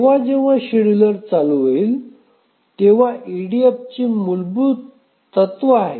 जेव्हा जेव्हा शेड्यूलर चालू होईल तेव्हा ईडीएफचे हे मूलभूत तत्व आहे